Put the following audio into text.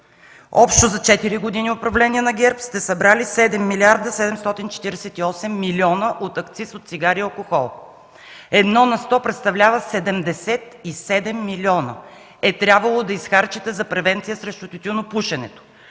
Общо за четири години управление на ГЕРБ сте събрали 7 милиарда 748 милиона от акциз от цигари и алкохол. Едно на сто представлява 77 милиона, които е трябвало да изхарчите за превенция срещу тютюнопушенето.